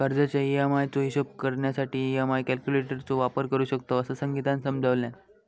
कर्जाच्या ई.एम्.आई चो हिशोब करण्यासाठी ई.एम्.आई कॅल्क्युलेटर चो वापर करू शकतव, असा संगीतानं समजावल्यान